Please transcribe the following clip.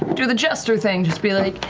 do the jester thing, just be like,